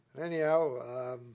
Anyhow